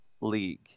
League